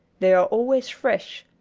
they are always fresh,